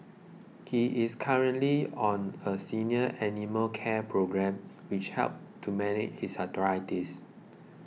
he is currently on a senior animal care programme which helps to manage his arthritis